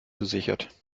gesichert